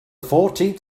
fourteenth